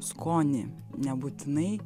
skonį nebūtinai